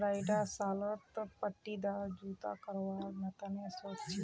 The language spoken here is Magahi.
हमरा ईटा सालत पट्टीदार जुताई करवार तने सोच छी